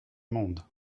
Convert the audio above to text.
monde